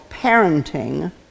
parenting